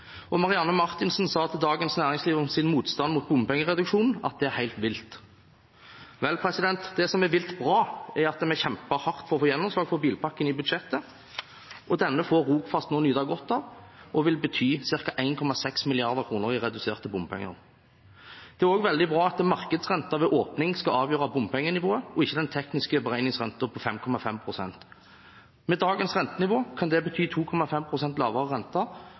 og representanten Marianne Marthinsen sa til Dagens Næringsliv om sin motstand mot bompengereduksjonen at det var helt vilt. Vel, det som er vilt bra, er at vi har kjempet hardt for å få gjennomslag for bilpakken i budsjettet. Denne får Rogfast nå nyte godt av og vil bety ca. 1,6 mrd. kr i reduserte bompenger. Det er også veldig bra at markedsrenten ved åpning skal avgjøre bompengenivået, ikke den tekniske beregningsrenten på 5,5 pst. Med dagens rentenivå kan det bety 2,5 pst. lavere rente